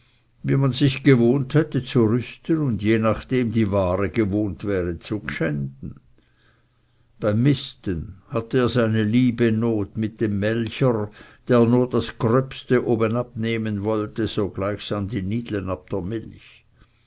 wie man sich gewohnt hätte zu rüsten und je nachdem die ware gewohnt wäre zu gschänden beim misten hatte er seine liebe not mit dem melcher der nur das gröbste obenabnehmen wollte so gleichsam die nidle ab der milch